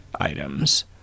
items